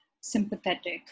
sympathetic